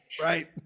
Right